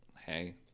Hey